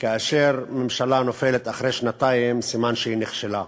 כאשר ממשלה נופלת אחרי שנתיים, סימן שהיא נכשלה.